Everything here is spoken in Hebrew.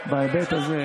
אתם התנגדתם.